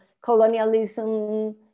colonialism